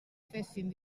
fessin